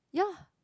yeah